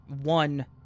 one